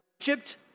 Egypt